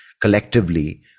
collectively